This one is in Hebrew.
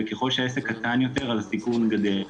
וככל שהעסק קטן יותר הסיכון גדל.